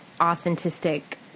authentic